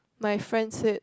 my friend said